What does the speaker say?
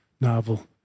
novel